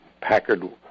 Packard